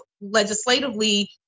legislatively